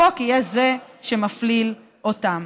החוק הוא שיפליל אותם.